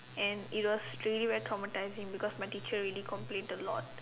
and it was really very traumatising because my teacher really complaint a lot